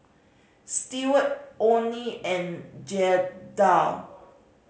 Stewart Oney and Jaeda